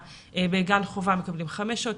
בגן חובה מקבלים 5 שעות,